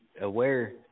aware